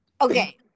Okay